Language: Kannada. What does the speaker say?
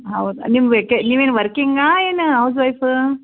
ಹೌದಾ ನಿಮ್ಮ ವೆಕೆ ನೀವೇನು ವರ್ಕಿಂಗಾ ಏನು ಹೌಸ್ ವೈಫ್